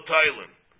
Thailand